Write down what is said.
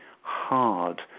hard